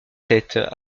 tête